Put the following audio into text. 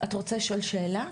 את רוצה לשאול שאלה?